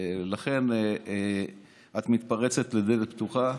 לכן, את מתפרצת לדלת פתוחה.